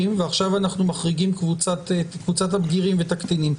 ועכשיו אנחנו מחריגים את קבוצת הבגירים ואת הקטינים.